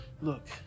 look